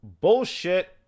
bullshit